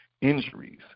injuries